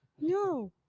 No